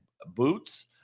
Boots